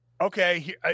okay